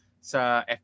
sa